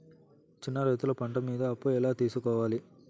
చిన్న రైతులు పంట మీద అప్పు ఎలా తీసుకోవాలి?